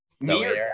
No